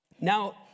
Now